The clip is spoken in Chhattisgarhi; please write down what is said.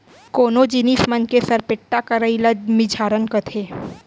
कोनो जिनिस मन के सरपेट्टा करई ल मिझारन कथें